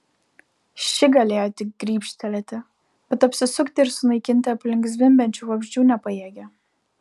ši galėjo tik grybštelėti bet apsisukti ir sunaikinti aplink zvimbiančių vabzdžių nepajėgė